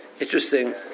Interesting